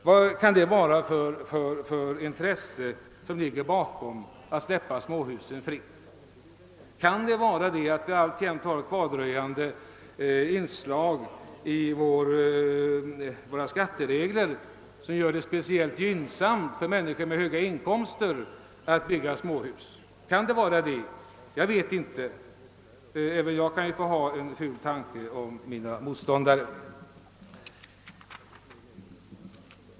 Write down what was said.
Vad kan det vara för intresse som ligger bakom förslaget att släppa fritt byggande av småhus? Kan skälet vara att det alltjämt finns ett kvardröjande inslag i våra skatteregler som gör det speciellt gynnsamt för människor med höga inkomster att bygga småhus? Jag vet inte om detta är fallet. Även jag kan ju få hysa en ful tanke om mina motståndare.